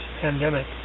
pandemic